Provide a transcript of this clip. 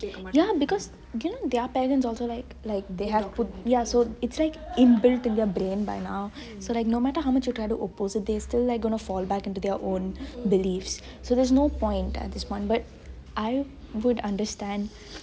ya because didn't their parents also like like so it's like imbuilt into their brain right now so like no matter how much you try to oppose it they'll still like fall back into their beliefs so there is no point at this one but I would understnad